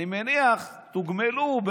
אני מניח, תוגמלו,